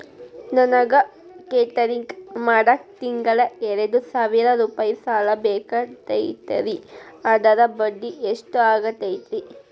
ನನಗ ಕೇಟರಿಂಗ್ ಮಾಡಾಕ್ ತಿಂಗಳಾ ಎರಡು ಸಾವಿರ ರೂಪಾಯಿ ಸಾಲ ಬೇಕಾಗೈತರಿ ಅದರ ಬಡ್ಡಿ ಎಷ್ಟ ಆಗತೈತ್ರಿ?